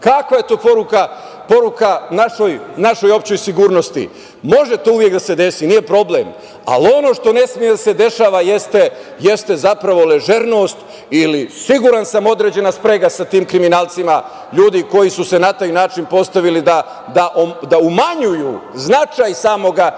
Kakva je to poruka našoj opštoj sigurnosti? Možete to uvek da se desi, nije problem. Ono što ne sme da se dešava jeste ležernost ili siguran sam određena sprega sa tim kriminalcima, ljudi koji su se na taj način postavili da umanjuju značaj samog